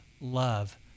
love